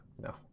no